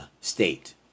state